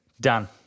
Done